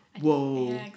whoa